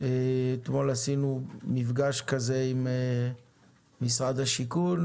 אתמול קיימנו מפגש כזה עם משרד השיכון,